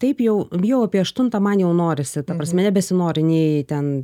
taip jau jau apie aštuntą man jau norisi ta prasme nebesinori nei ten